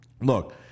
Look